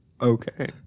Okay